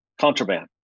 contraband